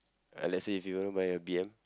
uh let's say if you gonna buy a B_M